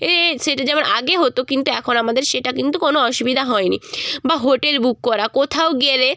এ সেটা যেমন আগে হতো কিন্তু এখন আমাদের সেটা কিন্তু কোনো অসুবিধা হয়নি বা হোটেল বুক করা কোথাও গেলে